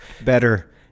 better